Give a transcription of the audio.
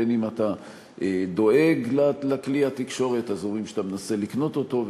בין שאתה דואג לכלי התקשורת אז אומרים שאתה מנסה לקנות אותו,